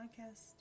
Podcast